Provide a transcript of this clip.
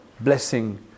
blessing